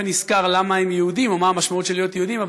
ונזכר למה הם יהודים או מה המשמעות של להיות יהודים,